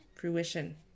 fruition